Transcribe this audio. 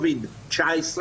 COVID-19,